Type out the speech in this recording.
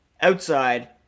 outside